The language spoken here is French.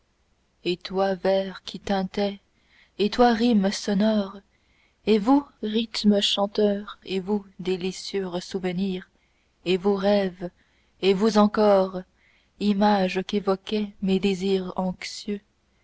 et toi vers qui tintais et toi rime sonore et vous rythmes chanteurs et vous délicieux ressouvenirs et vous rêves et vous encore images qu'évoquaient mes désirs anxieux